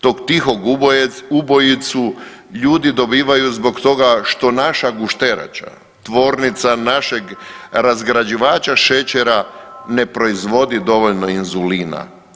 Tog tihog ubojicu ljudi dobivaju zbog toga što naša gušterača, tvornica našeg razgrađivača šećera ne proizvodi dovoljno inzulina.